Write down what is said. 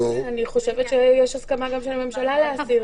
אני חושבת שיש גם הסכמה של הממשלה להסיר.